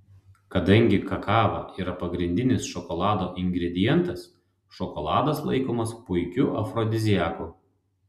kadangi kakava yra pagrindinis šokolado ingredientas šokoladas laikomas puikiu afrodiziaku